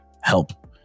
help